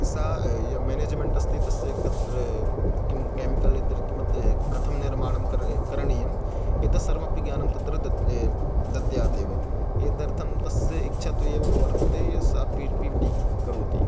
सा या म्यानेज्मेण्टस्ति तस्य कत्र किं केमिकल् इत्यर् किमत् कथं निर्माणं कर् करणीयम् एतत्सर्वमपि ज्ञानं तत्र दद् दद्यातेव एतदर्थं तस्य इच्छा तु एवमेव वर्तते य सा पिपिटि करोति